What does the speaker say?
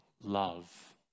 love